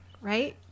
right